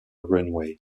runway